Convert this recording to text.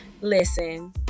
Listen